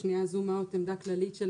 שנייה, זום אאוט עמדה כללית של